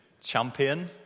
champion